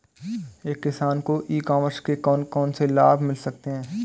एक किसान को ई कॉमर्स के कौनसे लाभ मिल सकते हैं?